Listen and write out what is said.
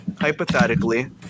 hypothetically